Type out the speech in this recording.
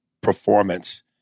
performance